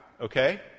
Okay